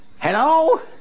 Hello